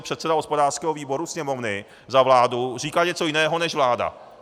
Předseda hospodářského výboru Sněmovny za vládu říká něco jiného než vláda.